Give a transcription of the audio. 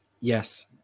Yes